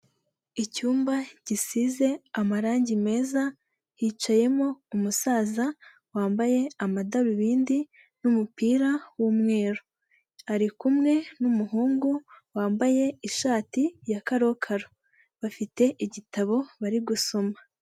Icyumba gisize amarangi meza hicayemo umusaza wambaye amadarubindi n'umupira w'umweru, ari kumwe n'umuhungu wambaye ishati ya karokaro, bafite igitabo bari gusoma.